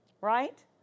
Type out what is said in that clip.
Right